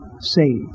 saved